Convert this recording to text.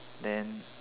then